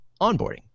onboarding